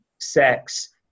sex